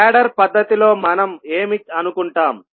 ladder పద్ధతి లో మనం ఏమి అనుకుంటాం